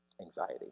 anxiety